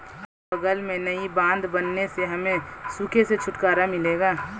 गांव के बगल में नई बांध बनने से हमें सूखे से छुटकारा मिलेगा